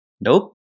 Nope